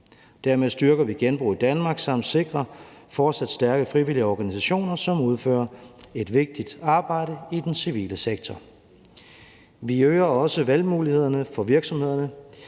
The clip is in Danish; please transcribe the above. Dermed styrker vi genbrug i Danmark samt sikrer vi fortsat stærke frivillige organisationer, som udfører et vigtigt arbejde i den civile sektor. Vi øger også valgmulighederne for virksomhederne.